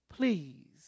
Please